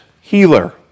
healer